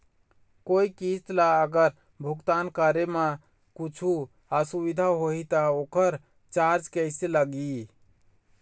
कोई किस्त ला अगर भुगतान करे म कुछू असुविधा होही त ओकर चार्ज कैसे लगी?